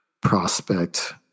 prospect